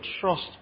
trust